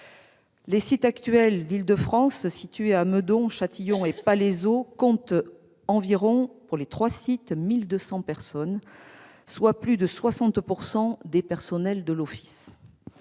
Les sites actuels d'Île-de-France, situés à Meudon, Châtillon et Palaiseau, comptent environ 1 200 personnes, soit plus de 60 % des personnels de l'Office.